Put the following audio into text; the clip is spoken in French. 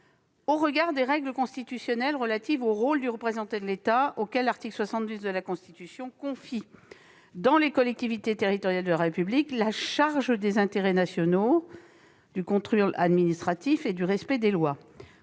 au regard des règles constitutionnelles relatives au rôle du représentant de l'État, auquel l'article 72 de la Constitution confie, dans les collectivités territoriales de la République, « la charge des intérêts nationaux, du contrôle administratif et du respect des lois.